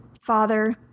Father